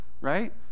right